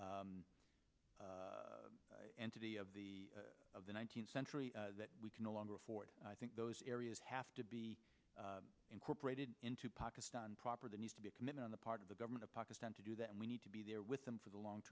entity of the of the nineteenth century that we can no longer afford i think those areas have to be incorporated into pakistan proper that needs to be committing on the part of the government of pakistan to do that and we need to be there with them for the long